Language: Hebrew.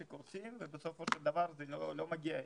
שקורסים ובסופו של דבר זה לא מגיע אליהם.